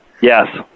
Yes